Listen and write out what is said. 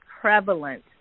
prevalent